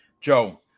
joe